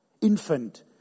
Infant